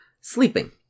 sleeping